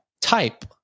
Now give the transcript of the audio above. type